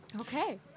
Okay